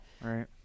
Right